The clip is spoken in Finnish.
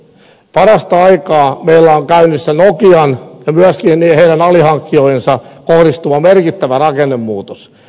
parasta aikaa meillä on käynnissä nokian ja myöskin heidän alihankkijoihinsa kohdistuva merkittävä rakennemuutos